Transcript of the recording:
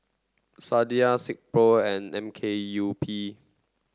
Sadia Silkpro and M K U P